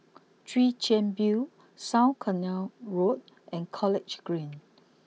Chwee Chian view South Canal Road and College Green